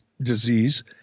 disease